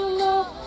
love